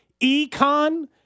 econ –